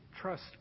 trust